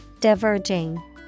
Diverging